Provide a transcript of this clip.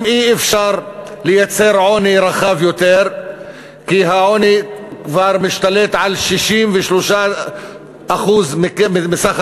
אי-אפשר לייצר עוני רחב יותר כי העוני כבר משתלט על 33% מכלל